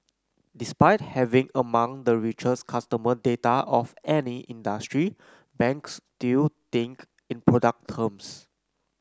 despite having among the richest customer data of any industry banks still think in product terms